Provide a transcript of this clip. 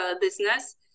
business